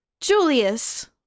Julius